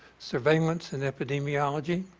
surveillance and epidemiology.